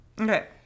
Okay